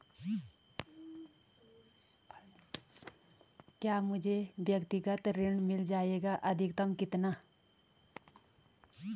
क्या मुझे व्यक्तिगत ऋण मिल जायेगा अधिकतम कितना?